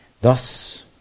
Thus